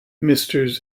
messrs